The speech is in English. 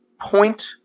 point